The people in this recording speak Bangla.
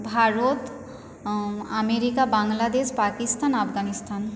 ভারত আমেরিকা বাংলাদেশ পাকিস্তান আফগানিস্তান